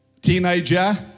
Teenager